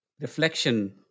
reflection